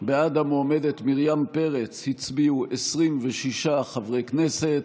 בעד המועמדת מרים פרץ הצביעו 26 חברי כנסת.